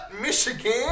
Michigan